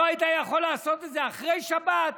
לא היית יכול לעשות את זה אחרי שבת?